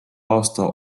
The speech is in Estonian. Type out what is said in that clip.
aasta